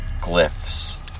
glyphs